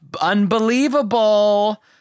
Unbelievable